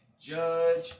Judge